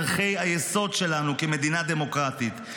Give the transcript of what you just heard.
היא פוגעת בערכי היסוד שלנו כמדינה דמוקרטית,